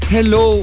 Hello